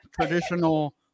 traditional